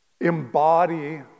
embody